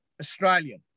Australian